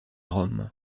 rome